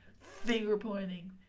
finger-pointing